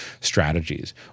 strategies